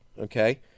okay